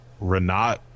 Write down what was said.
Renat